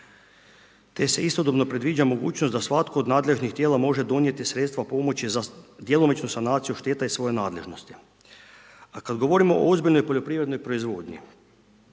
te se istodobno predviđa mogućnost da svatko od nadležnih tijela može donijeti sredstva pomoći za djelomičnu sanaciju šteta iz svoje nadležnost. A kad govorimo o ozbiljnoj poljoprivrednoj proizvodnji,